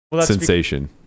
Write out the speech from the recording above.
sensation